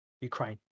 Ukraine